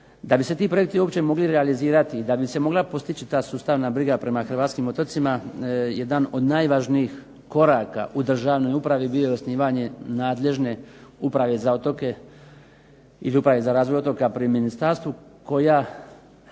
Da bi se ti projekti uopće mogli realizirati i da bi se mogla postići ta sustavna briga prema Hrvatskim otocima jedan od najvažnijih koraka u državnoj upravi bilo je osnivanje nadležne uprave za razvoj otoka pri Ministarstvu koja